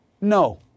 No